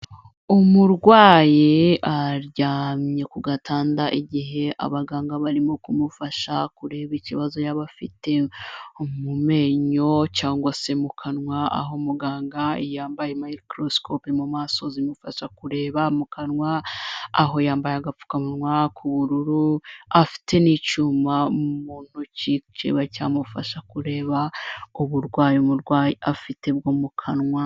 Umurwayi aryamye ku gatanda igihe abaganga barimo kumufasha kureba ikibazo yaba afite, mu menyo cyangwa se mu kanwa aho muganga yambaye mayikorosikope mu maso zimufasha kureba mu kanwa, aho yambaye agapfukamunwa k'ubururu, afite n'icyuma mu ntoki cyiba cyamufasha kureba uburwayi umurwayi afite bwo mu kanwa.